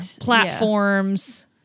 platforms